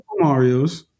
Marios